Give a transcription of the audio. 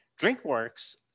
Drinkworks